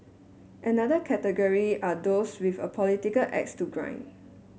another category are those with a political axe to grind